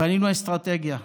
בנינו אסטרטגיה,